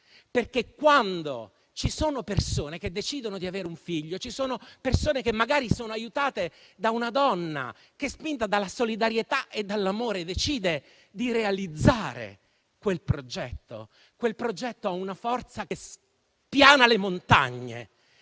perché quando ci sono persone che decidono di avere un figlio e che magari sono aiutate da una donna che, spinta dalla solidarietà e dall'amore, decide di realizzare quel progetto, quel progetto ha una forza che spiana le montagne.